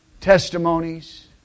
testimonies